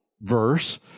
verse